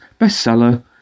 bestseller